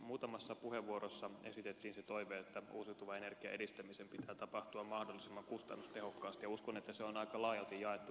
muutamassa puheenvuorossa esitettiin se toive että uusiutuvan energian edistämisen pitää tapahtua mahdollisimman kustannustehokkaasti ja uskon että se on aika laajalti jaettu näkemys